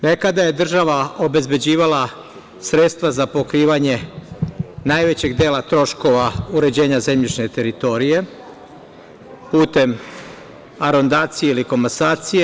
Nekada je država obezbeđivala sredstva za pokrivanje najvećeg dela troškova uređenja zemljišne teritorije putem arondacije ili komasacije.